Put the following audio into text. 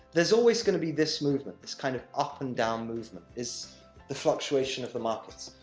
there's always going to be this movement this kind of up and down movement, is the fluctuation of the markets.